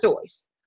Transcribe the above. choice